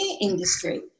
industry